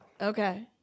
okay